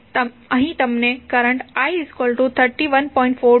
તો અહીં તમને કરંટ i 31